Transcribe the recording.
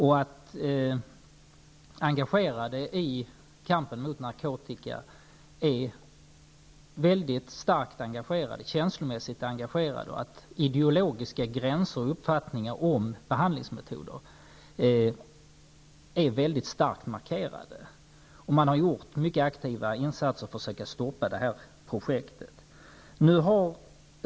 Det råder ett stort känslomässigt engagemang i kampen mot narkotika. Ideologiska gränser och uppfattningar om behandlingsmetoder är starkt markerade. Många aktiva insatser har gjorts för att försöka stoppa projektet.